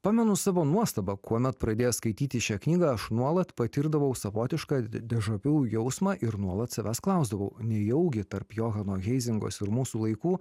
pamenu savo nuostabą kuomet pradėjęs skaityti šią knygą aš nuolat patirdavau savotišką dežavu jausmą ir nuolat savęs klausdavau nejaugi tarp johano heizingos ir mūsų laikų